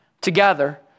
together